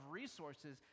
resources